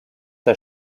der